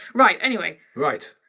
right, anyway. right,